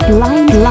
Blind